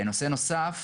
נושא נוסף,